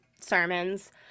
sermons